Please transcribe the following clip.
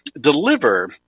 deliver